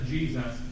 Jesus